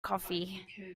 coffee